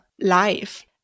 life